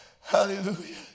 Hallelujah